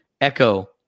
echo